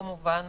כמובן,